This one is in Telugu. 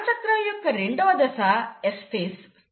కణచక్రం యొక్క రెండవ దశ S ఫేజ్